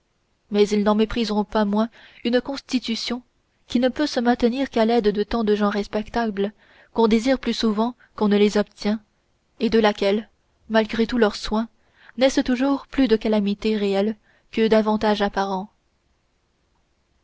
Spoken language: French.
mais ils n'en mépriseront pas moins une constitution qui ne peut se maintenir qu'à l'aide de tant de gens respectables qu'on désire plus souvent qu'on ne les obtient et de laquelle malgré tous leurs soins naissent toujours plus de calamités réelles que d'avantages apparents